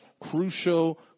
crucial